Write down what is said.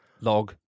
Log